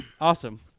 Awesome